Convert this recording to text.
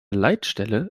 leitstelle